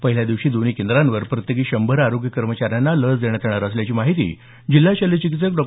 पहिल्या दिवशी दोन्ही केंद्रांवर प्रत्येकी शंभर आरोग्य कर्मचाऱ्यांना लस देण्यात येणार असल्याची माहिती जिल्हा शल्यचिकित्सक डॉ